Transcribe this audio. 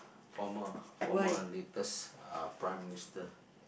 former former latest uh Prime-Minister